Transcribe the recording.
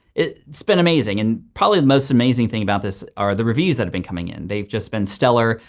it's been amazing and probably the most amazing thing about this are the reviews that have been coming in. they've just been stellar.